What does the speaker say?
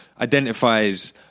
identifies